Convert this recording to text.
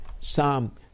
Psalm